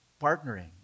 partnering